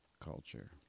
culture